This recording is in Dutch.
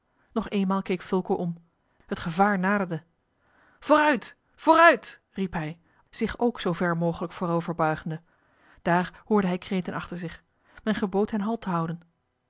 nog eenmaal keek fulco om t gevaar naderde vooruit vooruit riep hij zich ook zoover mogelijk voorover buigende daar hoorde hij kreten achter zich men gebood hen halt te houden